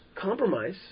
compromise